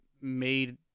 made